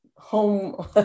Home